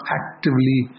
actively